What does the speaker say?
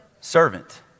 servant